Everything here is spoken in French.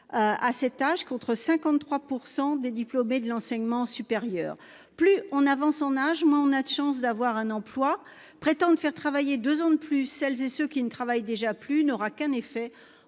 À cet âge, contre 53% des diplômés de l'enseignement supérieur. Plus on avance en âge, moins on a de chance d'avoir un emploi prétendent faire travailler 2 ans de plus, celles et ceux qui ne travaillent déjà plus n'aura qu'un effet